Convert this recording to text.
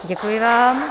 Děkuji vám.